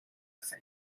for